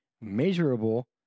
measurable